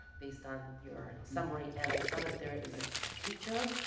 based on your summary. and i saw that there is a teacher